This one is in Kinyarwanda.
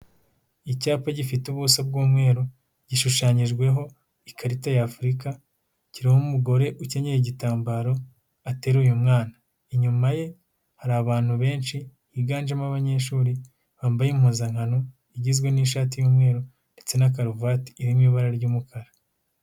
Icyapa gifite ubuso bw'umweru, gishushanyijweho ikarita ya afurika, kiriho umugore ukenyeye igitambaro, ateru uyu mwana, inyuma ye hari abantu benshi higanjemo abanyeshuri, bambaye impuzankano igizwe n'ishati y'umweru ndetse na karuvati irimo ibara ry'umukara.